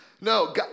No